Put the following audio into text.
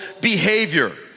behavior